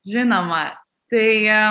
žinoma tai